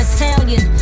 Italian